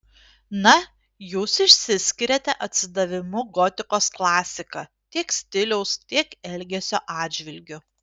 na jūs išsiskiriate atsidavimu gotikos klasika tiek stiliaus tiek elgesio atžvilgiu